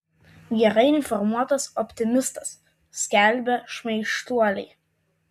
gerai informuotas optimistas skelbia šmaikštuoliai